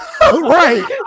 Right